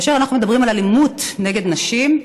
כאשר אנחנו מדברים על אלימות נגד נשים,